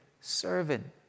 servant